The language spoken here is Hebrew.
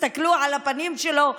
תסתכלו על הפנים שלו,